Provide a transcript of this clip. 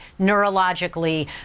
neurologically